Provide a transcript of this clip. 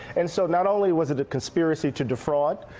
and so not only was it it conspiracy to defraud,